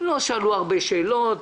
לא שאלו הרבה שאלות,